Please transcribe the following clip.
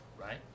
right